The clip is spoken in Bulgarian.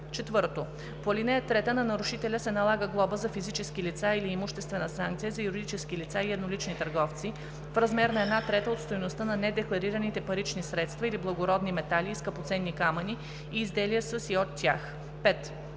тях; 4. по ал. 3 на нарушителя се налага глоба за физически лица или имуществена санкция за юридически лица и еднолични търговци в размер на една трета от стойността на недекларираните парични средства или благородни метали и скъпоценни камъни и изделия със и от тях.“ 5.